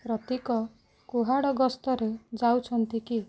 ପ୍ରତୀକ କୁହାଡ଼ ଗସ୍ତରେ ଯାଉଛନ୍ତି କି